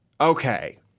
Okay